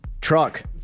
Truck